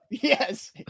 Yes